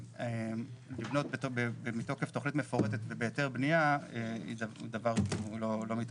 לבנות מתוקף תכנית מפורטת ובהיתר בניה הוא דבר שלא מתאפשר.